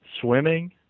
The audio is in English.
swimming